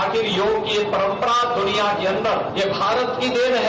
आगे योग की यह परम्परा दुनिया के अन्दर यह भारत की देन है